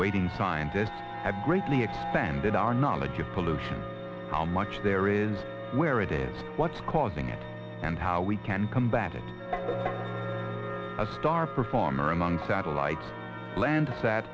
waiting scientists have greatly expanded our knowledge of pollution how much there is where it is what's causing it and how we can combat it a star performer among satellite lands